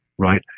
Right